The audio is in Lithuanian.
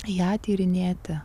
ją tyrinėti